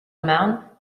marne